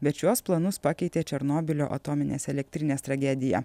bet šiuos planus pakeitė černobylio atominės elektrinės tragedija